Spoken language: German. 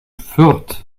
fürth